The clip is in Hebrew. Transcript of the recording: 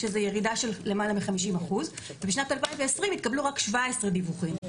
שזה ירידה של למעלה מ-50 אחוז ובשנת 2020 התקבלו רק 17 דיווחים,